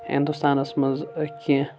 ہِنٛدوستانَس منٛز کینٛہہ